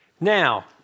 Now